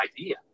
idea